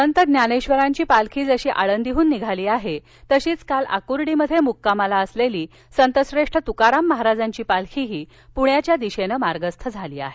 संत ज्ञानेश्वरांची पालखी जशी आळदीहून निघाली आहे तशीच काल आकुर्डीत मुक्कामाला असलेली संतश्रेष्ठ तुकाराम महाराजांची पालखीही पूण्याध्या दिशेनं मार्गस्थ झाली आहे